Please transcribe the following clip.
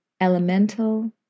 elemental